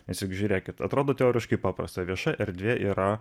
nes juk žiūrėkit atrodo teoriškai paprasta vieša erdvė yra